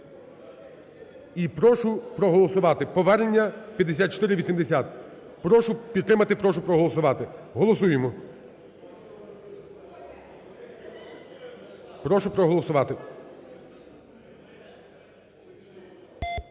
І прошу проголосувати повернення 5480. Прошу підтримати, прошу проголосувати. Голосуємо. Прошу проголосувати.